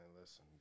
listen